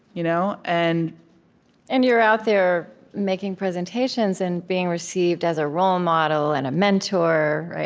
you know and and you're out there making presentations and being received as a role model and a mentor